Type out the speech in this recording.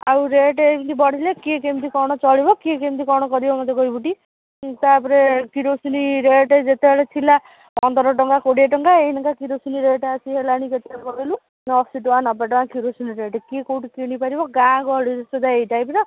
ଆଉ ରେଟ୍ ଏମିତି ବଢ଼ିଲେ କିଏ କେମିତି କ'ଣ ଚଳିବ କିଏ କେମିତି କ'ଣ କରିବ ମୋତେ କହିବୁଟି ତାପରେ କିରୋସିନ ରେଟ୍ ଯେତେବେଳେ ଥିଲା ପନ୍ଦର ଟଙ୍କା କୋଡ଼ିଏ ଟଙ୍କା ଏଇନେ ତ କିରୋସିନ ରେଟ୍ ଆସି ହେଲାଣି କେତେ କହିଲୁ ଅଶି ଟଙ୍କା ନବେ ଟଙ୍କା କିରୋସିନ ରେଟ୍ କିଏ କେଉଁଠି କିଣିପାରିବ ଗାଁ ଗହଳିରେ ସୁଧା ଏଇ ଟାଇପର